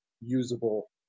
usable